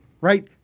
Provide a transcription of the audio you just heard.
Right